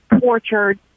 tortured